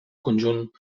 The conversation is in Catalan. conjunt